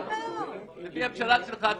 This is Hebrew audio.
לפי הפשרה שלך,